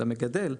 למגדל,